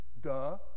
Duh